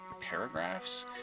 paragraphs